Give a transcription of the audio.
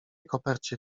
kopercie